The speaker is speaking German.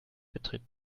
betritt